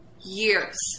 years